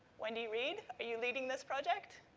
wendy reid? are you leading this project?